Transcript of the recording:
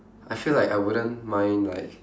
I feel like I wouldn't mind like